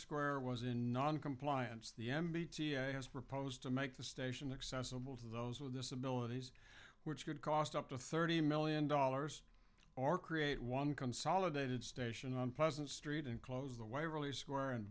square was in noncompliance the m b t has proposed to make the station accessible to those with disabilities which could cost up to thirty million dollars or create one consolidated station on pleasant street and close the waverly square and